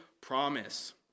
promise